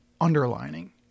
underlining